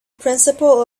principle